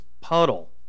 puddle